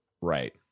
right